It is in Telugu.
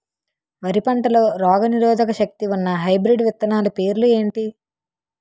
వరి పంటలో రోగనిరోదక శక్తి ఉన్న హైబ్రిడ్ విత్తనాలు పేర్లు ఏంటి?